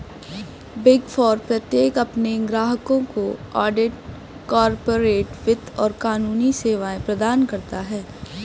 big four प्रत्येक अपने ग्राहकों को ऑडिट, कॉर्पोरेट वित्त और कानूनी सेवाएं प्रदान करता है